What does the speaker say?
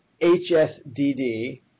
HSDD